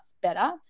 better